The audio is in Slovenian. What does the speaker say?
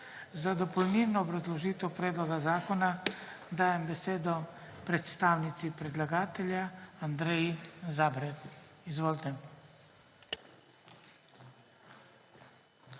Za dopolnilno obrazložitev predloga zakona dajem besedo predstavnici predlagatelja Andreji Zabret. Izvolite.